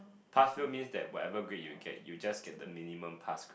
past fail means that whatever grade you get you just get the minimum pass